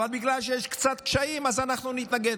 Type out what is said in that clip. אבל בגלל שיש קצת קשיים אז אנחנו נתנגד.